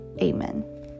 Amen